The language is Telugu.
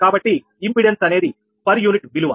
కాబట్టి ఇంపెడెన్స్ అనేది పర్ యూనిట్ విలువ